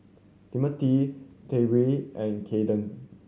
Timothy Tyrek and Keandre